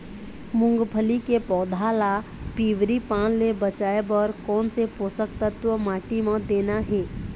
मुंगफली के पौधा ला पिवरी पान ले बचाए बर कोन से पोषक तत्व माटी म देना हे?